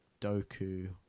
Doku